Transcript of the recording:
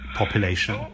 population